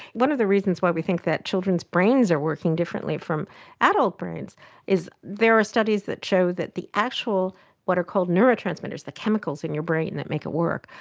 one of the reasons why we think that children's brains are working differently from adult brains is there are studies that show that the actual what are called neurotransmitters, the chemicals in your brain that make it work,